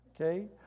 okay